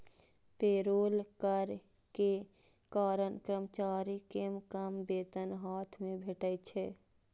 payroll कर के कारण कर्मचारी कें कम वेतन हाथ मे भेटै छै